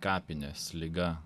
kapinės liga